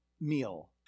meal